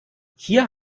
hier